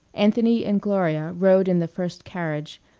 anthony and gloria rode in the first carriage,